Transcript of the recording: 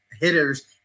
hitters